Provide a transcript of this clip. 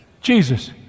Jesus